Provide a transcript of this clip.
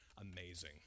amazing